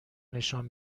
نشان